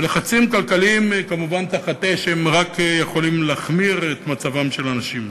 לחצים כלכליים תחת אש רק יכולים להחמיר את מצבם של האנשים.